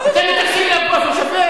מה זה הדבר הזה?